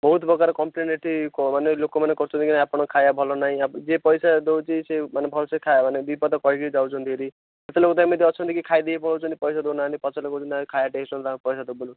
ବହୁତ ପ୍ରକାର କମ୍ପଲେନ୍ ଏଇଠି କ ମାନେ ଲୋକମାନେ କରୁଛନ୍ତି ଆପଣ ଖାଇବା ଭଲ ନାହିଁ ଆ ଯିଏ ପଇସା ଦଉଛି ସିଏ ମାନେ ଭଲ ସେ ଖାଇ ମାନେ ଦୁଇ ପଦ କହିକି ଯାଉଛନ୍ତି ହେରି କିଛି ଲୋକ ତ ଏମିତି ଅଛନ୍ତି କି ଖାଇ ଦେଇକି ପଳଉଛନ୍ତି ପଇସା ଦଉ ନାହାନ୍ତି ପଛରେ କହୁଛନ୍ତି କି ଖାଇବା ଟେଷ୍ଟ ହଉନି ଆମେ ପଇସା ଦବୁନି